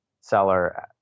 seller